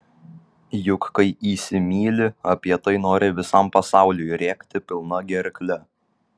juk kai įsimyli apie tai nori visam pasauliui rėkti pilna gerkle